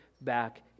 back